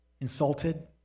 insulted